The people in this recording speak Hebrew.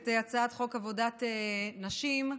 תציג את הצעת החוק יושבת-ראש ועדת העבודה והרווחה חברת הכנסת רייטן,